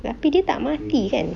tapi dia tak mati kan